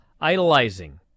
idolizing